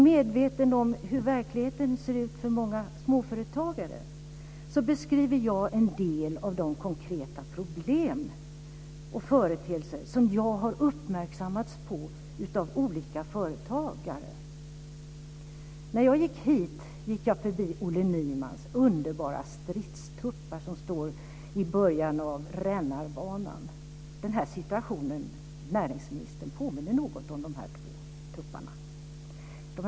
Medveten om hur verkligheten ser ut för många småföretagare beskriver jag en del av de konkreta problem och företeelser som jag har uppmärksammats på av olika företagare. När jag gick hit gick jag förbi Olle Nymans underbara stridstuppar som står i början av rännarbanan. Denna situation påminner något om den situation som dessa två tuppar är i, näringsministern.